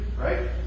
right